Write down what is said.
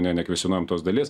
ne nekvestionuojam tos dalies